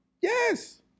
Yes